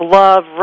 love